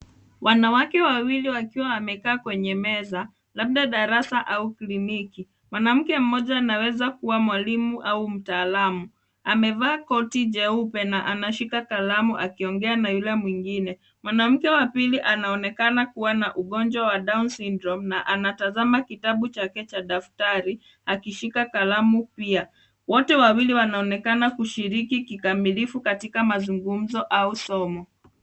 Wanawake wawili wakiwa wamekaa kwenye meza darasa au kliniki. Mwanamke mmoja anaweza kuwa mwalimu au mtazamaji mtaalamu amevaa koti jeupe na anashika kalamu akiongea na yule mwingine. Mwanamke wa pili anaonekana kuwa na ugonjwa wa down syndrome na anatazama kitabu chake cha daftari akishika kalamu pia. Wote wawili wanaonekana kushiriki kikamilifu katika mazungumzo au somo.